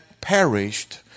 perished